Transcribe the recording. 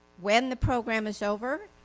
when the program is over,